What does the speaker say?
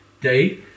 day